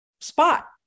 spot